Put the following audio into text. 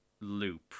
loop